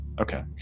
okay